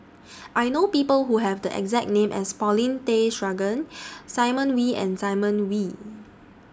I know People Who Have The exact name as Paulin Tay Straughan Simon Wee and Simon Wee